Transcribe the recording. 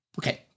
Okay